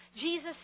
Jesus